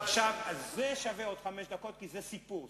זה שווה עוד חמש דקות, כי זה סיפור.